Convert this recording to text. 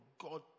God